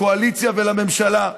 לקואליציה ולממשלה,